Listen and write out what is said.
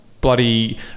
bloody